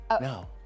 No